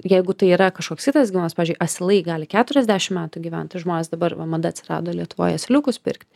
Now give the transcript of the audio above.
jeigu tai yra kažkoks kitas gyvūnas pavyzdžiui asilai gali keturiasdešim metų gyvent tai žmonės dabar va mada atsirado lietuvoj asiliukus pirkt